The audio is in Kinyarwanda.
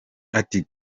ati